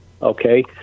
Okay